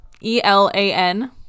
e-l-a-n